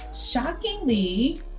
Shockingly